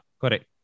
correct